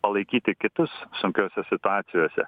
palaikyti kitus sunkiose situacijose